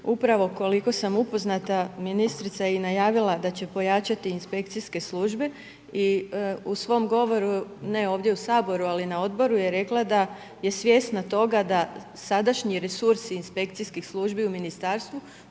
upravo koliko sam upoznata, ministrica je najavila, da će pojačati inspekcijske službe i u svom govoru, ne ovdje u Saboru, ali na odboru je rekla, da je svjesna toga, da sadašnji resursi inspekcijskih službi u ministarstvu,